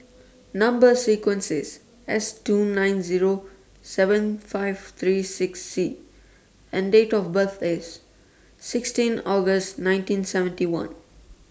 Number sequence IS S two nine Zero seven five three six C and Date of birth IS sixteen August nineteen seventy one